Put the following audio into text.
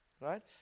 Right